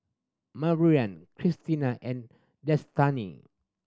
Maryann Christina and Destany